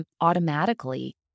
automatically